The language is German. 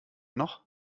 noch